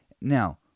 now